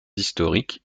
historiques